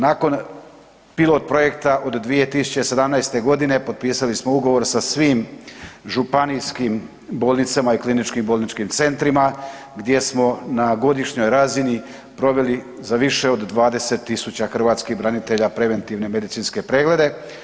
Nakon pilot-projekta od 2017. g. potpisali smo ugovor sa svim županijskim bolnicama i kliničkim bolničkim centrima, gdje smo na godišnjoj razini proveli za više od 20 tisuća hrvatskih branitelja preventivne medicinske preglede.